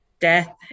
death